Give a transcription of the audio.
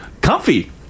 comfy